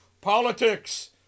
politics